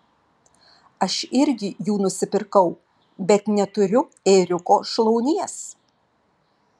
aš irgi jų nusipirkau bet neturiu ėriuko šlaunies